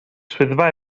swyddfa